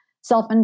self